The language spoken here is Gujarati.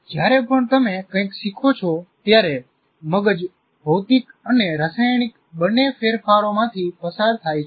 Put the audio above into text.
જ્યારે પણ તમે કંઈક શીખો છો ત્યારે મગજ ભૌતિક અને રાસાયણિક બંને ફેરફારોમાંથી પસાર થાય છે